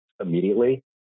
immediately